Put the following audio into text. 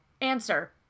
Answer